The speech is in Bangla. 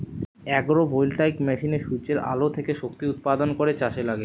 আগ্রো ভোল্টাইক মেশিনে সূর্যের আলো থেকে শক্তি উৎপাদন করে চাষে লাগে